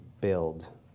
build